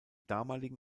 damaligen